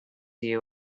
you